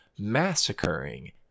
massacring